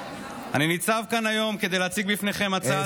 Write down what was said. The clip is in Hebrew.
אני ניצב כאן היום כדי להציג בפניכם הצעת חוק,